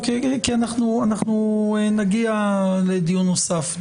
אנחנו נגיע לדיון נוסף.